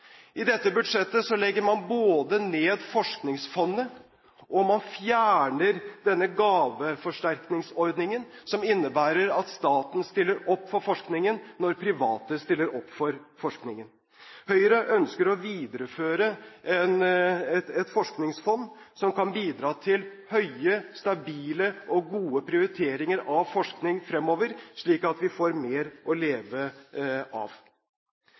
I dette budsjettet legger man både ned Forskningsfondet og fjerner gaveforsterkningsordningen, som innebærer at staten stiller opp for forskningen når private stiller opp for forskningen. Høyre ønsker å videreføre et forskningsfond som kan bidra til høye, stabile og gode prioriteringer av forskning fremover, slik at vi får mer å leve av.